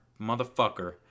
motherfucker